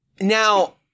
Now